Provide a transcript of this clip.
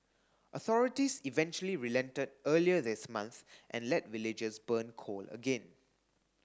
authorities eventually relented earlier this month and let villagers burn coal again